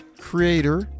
creator